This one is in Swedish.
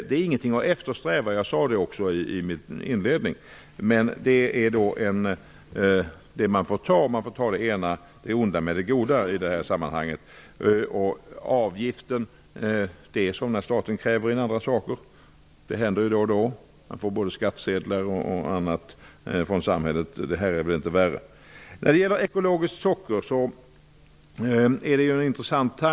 Det är ingenting att eftersträva. Det sade jag också i min inledning, men det får man ta. Man får ta det onda med det goda i det här sammanhanget. När det gäller avgiften är det som när staten kräver in andra pengar. Det händer då och då. Man får skattsedlar och annat från samhället. Det här är inte värre. Tanken om ekologiskt socker är intressant.